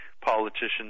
politicians